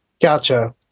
Gotcha